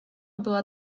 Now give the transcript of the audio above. była